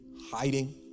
hiding